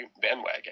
bandwagon